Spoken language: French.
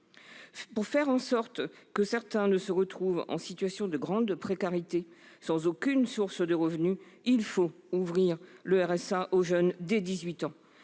Pour faire en sorte que certains ne se retrouvent en situation de grande précarité, sans aucune source de revenus, il faut ouvrir le RSA aux jeunes dès 18 ans.